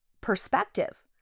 perspective